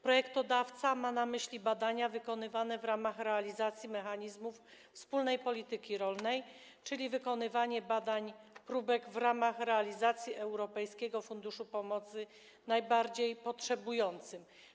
Projektodawca ma na myśli badania wykonywane w ramach realizacji mechanizmów wspólnej polityki rolnej, czyli wykonywanie badań próbek w ramach realizacji Europejskiego Funduszu Pomocy Najbardziej Potrzebującym.